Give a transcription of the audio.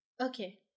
okay